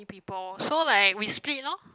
new people so like we split lor